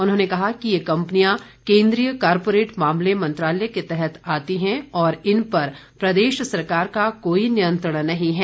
उन्होंने कहा कि ये कंपनियां केंद्रीय कॉरपोरेट मामले मंत्रालय के तहत आती है और इन पर प्रदेश सरकार का कोई नियंत्रण नहीं है